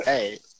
Hey